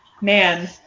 Man